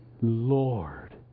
Lord